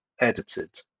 edited